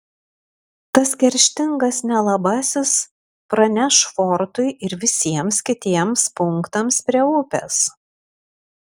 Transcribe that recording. tas kerštingas nelabasis praneš fortui ir visiems kitiems punktams prie upės